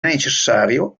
necessario